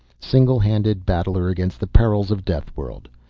single-handed battler against the perils of deathworld.